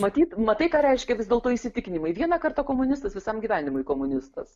matyt matai ką reiškia vis dėlto įsitikinimai vieną kartą komunistas visam gyvenimui komunistas